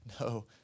no